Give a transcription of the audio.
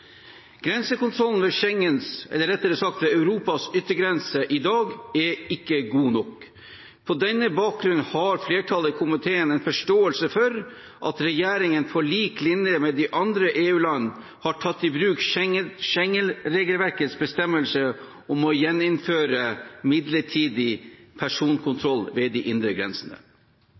Grensekontrollen ved Schengens – rettere sagt Europas – yttergrense i dag er ikke god nok. På denne bakgrunn har flertallet i komiteen forståelse for at regjeringen, på lik linje med EU-landene, har tatt i bruk Schengen-regelverkets bestemmelser om å gjeninnføre midlertidig personkontroll ved de indre grensene.